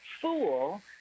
fool—